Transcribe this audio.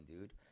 dude